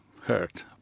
hurt